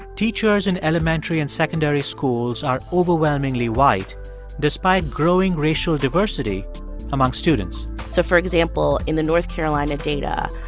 teachers in elementary and secondary schools are overwhelmingly white despite growing racial diversity among students so for example, in the north carolina data,